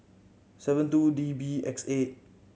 seven two D B X eight